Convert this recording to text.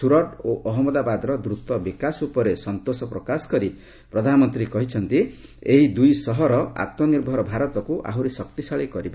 ସୁରଟ ଓ ଅହନ୍ମଦାବାଦର ଦ୍ରତ ବିକାଶ ଉପରେ ସନ୍ତୋଷ ପ୍ରକାଶ କରି ପ୍ରଧାନମନ୍ତ୍ରୀ କହିଛନ୍ତି ଏହି ଦୁଇ ସହର ଆତ୍ମନିର୍ଭର ଭାରତକୁ ଆହୁରି ଶକ୍ତିଶାଳୀ କରିବ